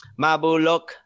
Mabulok